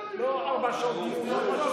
לא מתבייש.